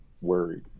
worried